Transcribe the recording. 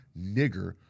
nigger